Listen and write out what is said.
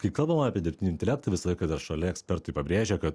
kai kalbama apie dirbtinį intelektą visą laiką dar šalia ekspertai pabrėžia kad